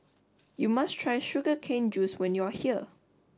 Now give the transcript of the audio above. you must try Sugar Cane Juice when you are here